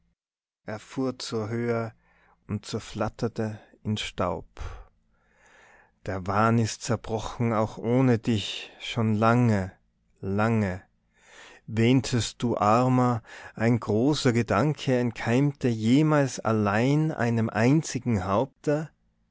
fuhr zur höhe und zerflatterte in staub der wahn ist zerbrochen auch ohne dich schon lange lange wähntest du armer ein großer gedanke entkeimte jemals allein einem einzigen haupte